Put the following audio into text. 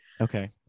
okay